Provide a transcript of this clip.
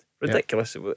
Ridiculous